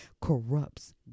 corrupts